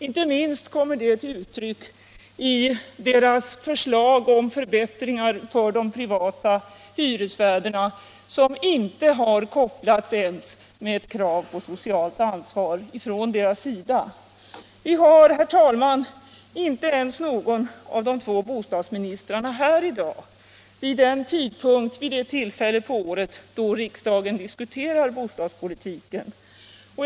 Inte minst kommer det till uttryck i deras förslag om förbättringar för de privata hyresvärdarna, som inte ens har kopplats samman med krav på socialt ansvar hos dessa. Vi har, herr talman, inte ens någon av de två bostadsministrarna här i kammaren i dag vid det tillfälle under året då riksdagen diskuterar bostadspolitiken.